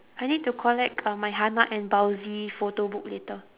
I need to collect uh my hana and baozi photobook later